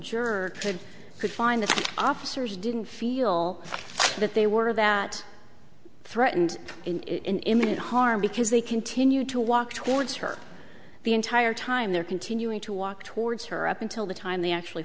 juror could find the officers didn't feel that they were that threatened in imminent harm because they continue to walk towards her the entire time they're continuing to walk towards her up until the time they actually